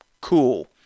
Cool